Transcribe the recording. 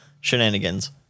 shenanigans